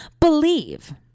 believe